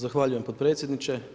Zahvaljujem potpredsjedniče.